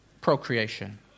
procreation